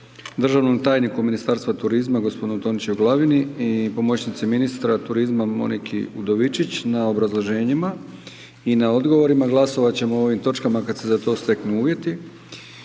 državnom tajniku Ministarstva turizma, gospodinu Tončiju Glavini i pomoćnici ministra turizma Moniki Udovičić na obrazloženjima i na odgovorima. Glasovat ćemo o ovim točkama kad se za to steknu uvjeti.